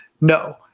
No